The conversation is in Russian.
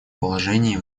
положении